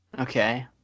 Okay